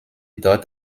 dort